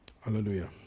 Hallelujah